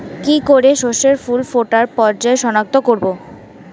কি করে শস্যের ফুল ফোটার পর্যায় শনাক্ত করব?